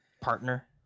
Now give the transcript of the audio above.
Partner